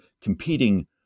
competing